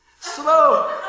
slow